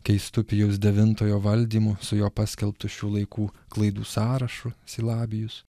keistu pijaus devintojo valdymu su jo paskelbtu šių laikų klaidų sąrašu sylabijus